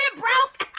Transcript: ah broke!